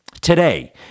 Today